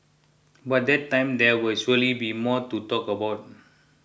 by that time there will surely be more to talk about